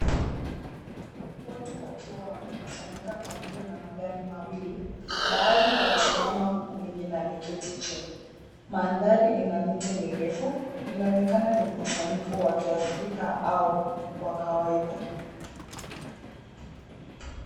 Watu wakiwa wamekusanyika karibu na magari mawili. Baadhi wamesimama huku wengine wameketi chini. Maandhari ina miti mirefu inaonekana ni mkusanyiko wa kiafrika au wa kawaida.